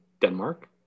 denmark